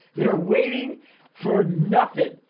they're waiting for nothing,